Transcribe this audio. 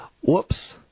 Whoops